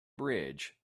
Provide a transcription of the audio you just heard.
bridge